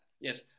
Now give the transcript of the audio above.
Yes